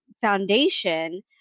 foundation